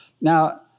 Now